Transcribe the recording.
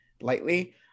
lightly